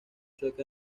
sueca